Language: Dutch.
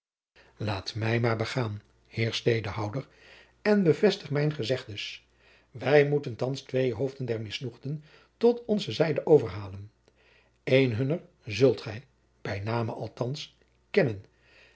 laat mij maar begaan heer stedehouder en bevestig mijne gezegdens wij moeten thands twee hoofden der misnoegden tot onze zijde overhalen een hunner zult gij bij name althands kennen